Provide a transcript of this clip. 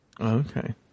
Okay